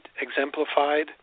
exemplified